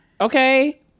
Okay